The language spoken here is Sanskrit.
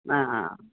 हा